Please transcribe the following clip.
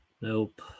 Nope